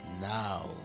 now